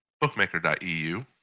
Bookmaker.eu